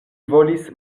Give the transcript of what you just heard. volis